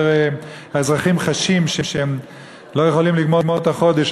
האזרחים חשים שהם לא יכולים לגמור את החודש,